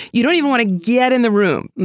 you don't even want to get in the room. and